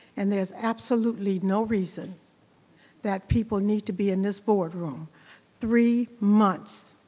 and there's absolutely no reason that people need to be in this board room three months,